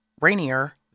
Rainier